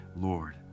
Lord